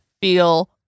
feel